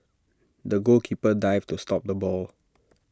the goalkeeper dived to stop the ball